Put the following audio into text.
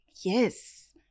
yes